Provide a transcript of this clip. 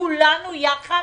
כולנו יחד